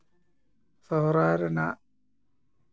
ᱥᱚᱦᱨᱟᱭ ᱨᱮᱱᱟᱜ